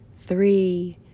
three